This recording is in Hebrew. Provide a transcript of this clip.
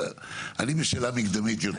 אני בשאלה מקדמית.